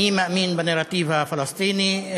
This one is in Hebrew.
אני מאמין בנרטיב הפלסטיני,